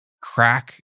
crack